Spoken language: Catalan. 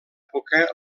època